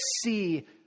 see